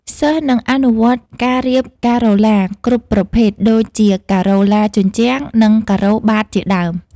សិស្សនឹងអនុវត្តការរៀបការ៉ូឡាគ្រប់ប្រភេទដូចជាការ៉ូឡាជញ្ជាំង និងការ៉ូបាតជាដើម។